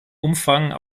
umfang